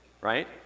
right